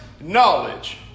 knowledge